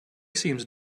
seems